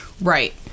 Right